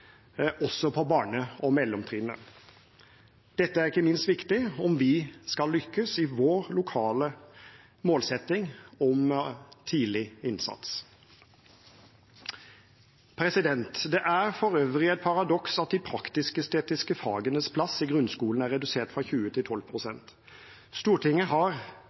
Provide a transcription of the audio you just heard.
også på barne- og mellomtrinnet. Dette er ikke minst viktig om vi skal lykkes i vår lokale målsetting om tidlig innsats. Det er for øvrig et paradoks at de praktisk-estetiske fagenes plass i grunnskolen er redusert fra 20 pst. til 12 pst. Stortinget har